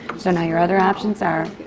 so now your other options are